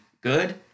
good